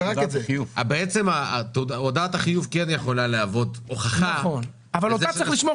בעצם הודעת החיוב כן יכולה להוות הוכחה לכך שנסעתי.